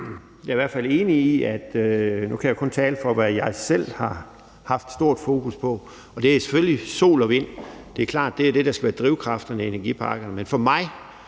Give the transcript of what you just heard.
Henrik Frandsen (M): Nu kan jeg kun tale for, hvad jeg selv har haft stort fokus på, og det er selvfølgelig sol og vind. Det er klart, at det er det, der skal være drivkraften i energipakken, men for mig